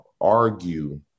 argue